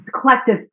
collective